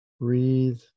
Breathe